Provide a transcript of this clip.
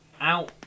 out